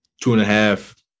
two-and-a-half